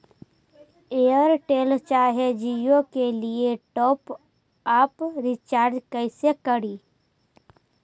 Airtel चाहे जियो के लिए टॉप अप रिचार्ज़ कैसे करी?